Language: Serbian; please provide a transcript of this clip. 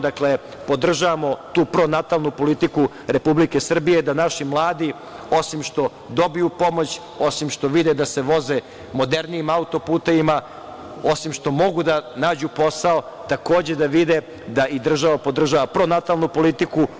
Dakle, podržavamo tu pronatalnu politiku Republike Srbije da naši mladi, osim što dobiju pomoć, osim što vide da se voze modernijim autoputevima, osim što mogu da nađu posao, takođe da vide da i država podržava pronatalnu politiku.